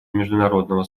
международного